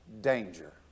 danger